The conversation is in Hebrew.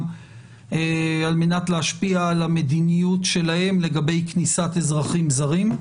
על מנת להשפיע על המדיניות שלהם לגבי כניסת אזרחים זרים,